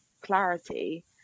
clarity